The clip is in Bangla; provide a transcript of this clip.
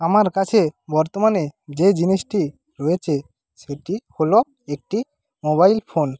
আমার কাছে বর্তমানে যে জিনিসটি রয়েছে সেটি হল একটি মোবাইল ফোন